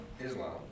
Islam